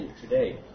today